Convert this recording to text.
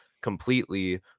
completely